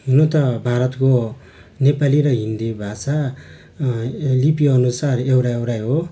हुनु त भारतको नेपाली र हिन्दी भाषा लिपिअनुसार एउटा एउटै हो